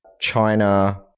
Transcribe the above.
China